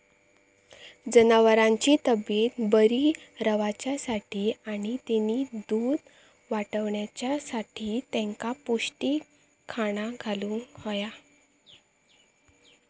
जनावरांची तब्येत बरी रवाच्यासाठी आणि तेनी दूध वाडवच्यासाठी तेंका पौष्टिक खाणा घालुक होया